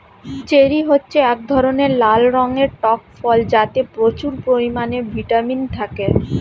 cherry হচ্ছে এক ধরনের লাল রঙের টক ফল যাতে প্রচুর পরিমাণে ভিটামিন থাকে